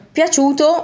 piaciuto